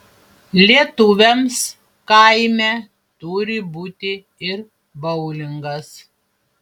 lietuviams kaime turi būti ir boulingas